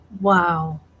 Wow